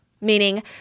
meaning